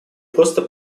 просто